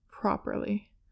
properly